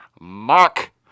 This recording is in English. Mark